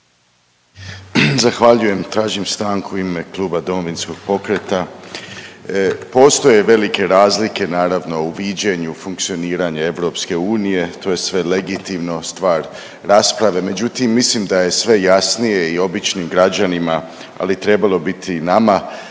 Zahvaljujem. Tražim stanku u ime Kluba Domovinskog pokreta. Postoje velike razlike naravno u viđenju funkcioniranje EU, to je sve legitimno, stvar rasprave, međutim mislim da je sve jasnije i običnim građanima, ali trebalo bi biti i nama